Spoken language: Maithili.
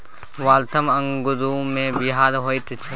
वाल्थम अंगूरमे बीया होइत छै